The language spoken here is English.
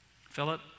Philip